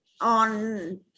on